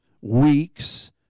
weeks